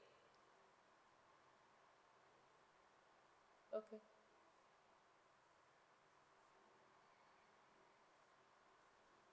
okay